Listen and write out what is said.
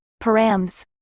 params